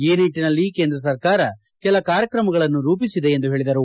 ಈ ನಿಟ್ಟನಲ್ಲಿ ಕೇಂದ್ರ ಸರ್ಕಾರ ಕೆಲ ಕಾರ್ಕ್ರಮಗಳನ್ನು ರೂಪಿಸಿದೆ ಎಂದು ಹೇಳಿದರು